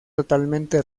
totalmente